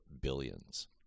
billions